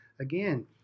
Again